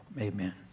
Amen